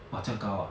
!wah! 这样高啊